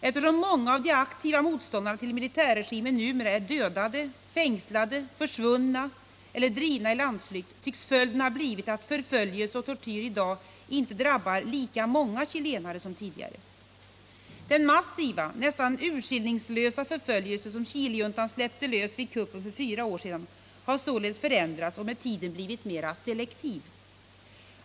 Eftersom många av de aktiva motståndarna till militärregimen numera är dödade, fängslade, försvunna eller drivna i landsflykt tycks följden ha blivit att förföljelse och tortyr i dag inte drabbar lika många chilenare som tidigare. Den massiva och nästan urskillningslösa förföljelse som Chilejuntan släppte lös vid kuppen för fyra år sedan har således förändrats och med tiden blivit mer selektiv.